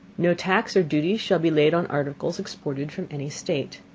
no tax or duty shall be laid on articles exported from any state.